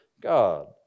God